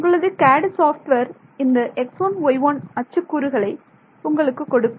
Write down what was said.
உங்களது CADD software இந்த x1 y1 அச்சு கூறுகளை உங்களுக்கு கொடுக்கும்